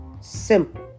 Simple